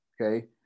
okay